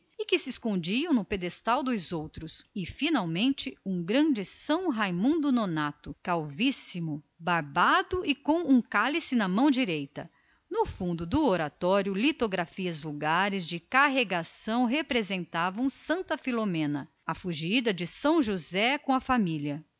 que se escondiam na peanha dos grandes e finalmente um grande são raimundo nonato calvíssimo barbado feio e com um cálice na mão direita ao fundo do oratório litografias de carregação representavam santa filomena a fugida de são josé com a família